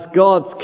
God's